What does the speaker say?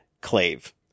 clave